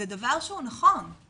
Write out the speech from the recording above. זה דבר שהוא נכון,